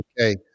okay